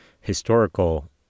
historical